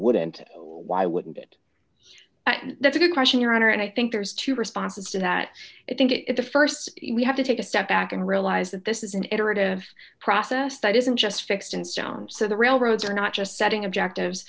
wouldn't why wouldn't it that's a good question your honor and i think there's two responses to that i think is the st we have to take a step back and realize that this is an iterative process that isn't just fixed in stone so the railroads are not just setting objectives